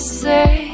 say